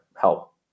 help